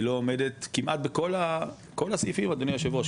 היא לא עומדת כמעט בכל הסעיפים אדוני היושב ראש,